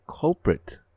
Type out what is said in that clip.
culprit